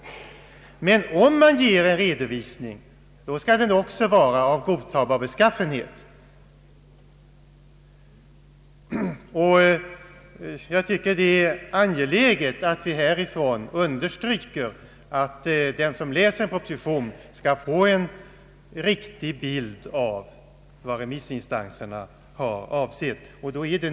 Om man emellertid ger en redovisning, skall den vara av godtagbar beskaffenhet. Det är angeläget att vi härifrån understryker att den som läser en proposition skall få en riktig bild av vad remissinstanserna har avsett.